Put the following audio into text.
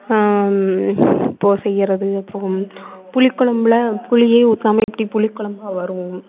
இப்போ செய்யிறது அப்புறம் புளிக்குழம்புல புளியே ஊற்றாம எப்படி புளிக்கொழம்பாக வரும்